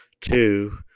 Two